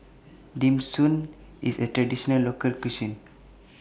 Dim Sum IS A Traditional Local Cuisine